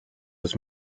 was